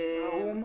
האו"ם?